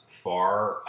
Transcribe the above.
far